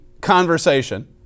conversation